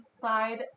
side